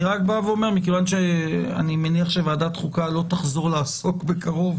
אני רק בא ואומר מכיוון שאני מניח שוועדת חוקה לא תחזור לעסוק בקרוב